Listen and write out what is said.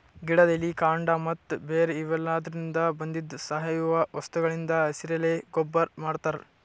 ಗಿಡದ್ ಎಲಿ ಕಾಂಡ ಮತ್ತ್ ಬೇರ್ ಇವೆಲಾದ್ರಿನ್ದ ಬಂದಿದ್ ಸಾವಯವ ವಸ್ತುಗಳಿಂದ್ ಹಸಿರೆಲೆ ಗೊಬ್ಬರ್ ಮಾಡ್ತಾರ್